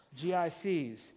GICs